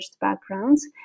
backgrounds